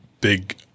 big